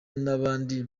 n’abandi